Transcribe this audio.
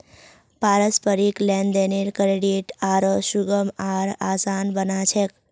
पारस्परिक लेन देनेर क्रेडित आरो सुगम आर आसान बना छेक